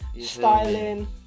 styling